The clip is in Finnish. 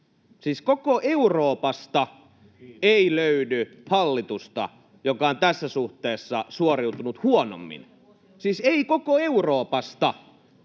koko Euroopasta ei löydy hallitusta, joka on tässä suhteessa suoriutunut huonommin,